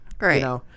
Right